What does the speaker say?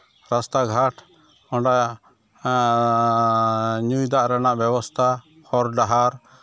ᱨᱟᱥᱛᱟ ᱜᱷᱟᱴ ᱚᱸᱰᱮ ᱧᱩᱭ ᱫᱟᱜ ᱨᱮᱱᱟᱜ ᱵᱮᱵᱚᱥᱛᱷᱟ ᱦᱚᱨ ᱰᱟᱦᱟᱨ